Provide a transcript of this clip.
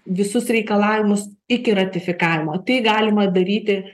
visus reikalavimus iki ratifikavimo tai galima daryti